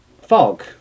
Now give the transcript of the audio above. fog